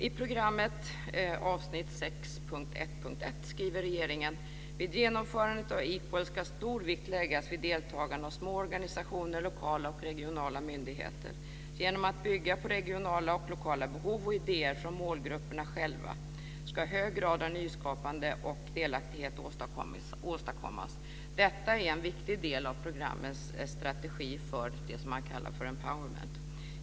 I programmet, avsnitt 6.1.1, skriver regeringen: "Vid genomförandet av Equal skall stor vikt läggas vid deltagande av små organisationer, lokala och regionala myndigheter. Genom att bygga på regionala och lokala behov och idéer från målgrupperna själva skall hög grad av nyskapande och delaktighet åstadkommas. Detta är en viktig del av programmets strategi för 'empowerment'.